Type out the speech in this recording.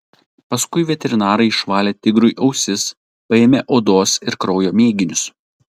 paskui veterinarai išvalė tigrui ausis paėmė odos ir kraujo mėginius